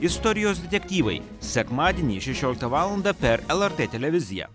istorijos detektyvai sekmadienį šešioliktą valandą per lrt televiziją